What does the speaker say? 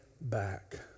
back